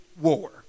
war